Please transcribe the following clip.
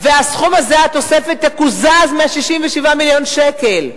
והסכום הזה, התוספת תקוזז מ-67 מיליון השקלים.